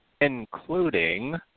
including